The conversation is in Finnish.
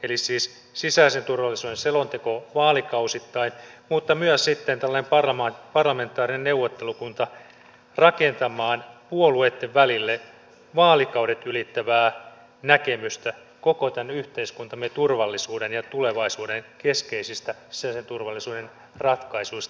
eli siis tulisi sisäisen turvallisuuden selonteko vaalikausittain mutta myös sitten tällainen parlamentaarinen neuvottelukunta rakentamaan puolueitten välille vaalikaudet ylittävää näkemystä koko tämän yhteiskuntamme turvallisuuden ja tulevaisuuden keskeisistä sisäisen turvallisuuden ratkaisuista